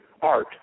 art